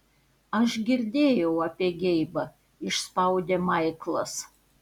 aš girdėjau apie geibą išspaudė maiklas